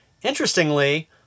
Interestingly